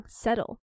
,settle